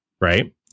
right